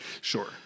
Sure